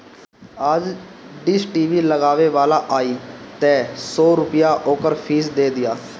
आज dish TV लगावे वाला आई तअ सौ रूपया ओकर फ़ीस दे दिहा